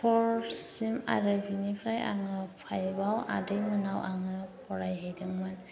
फ'रसिम आरो बेनिफ्राय आङो फाइभआव आदैमोननाव आङो फरायहैदोंमोन